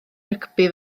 rygbi